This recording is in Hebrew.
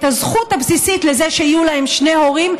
הזכות הבסיסית לזה שיהיו להם שני הורים,